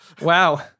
Wow